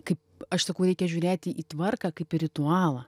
kaip aš sakau reikia žiūrėti į tvarką kaip į ritualą